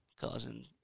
Causing